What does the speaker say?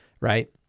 right